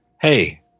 hey